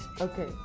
Okay